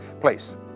place